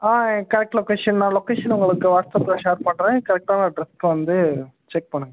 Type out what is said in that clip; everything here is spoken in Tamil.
ஆ என் கரெக்ட் லொக்கேஷன் நான் லொக்கேஷன் உங்களுக்கு வாட்ஸப்பில் ஷேர் பண்ணுறேன் கரெக்டான அட்ரஸுக்கு வந்து செக் பண்ணுங்க